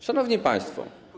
Szanowni Państwo!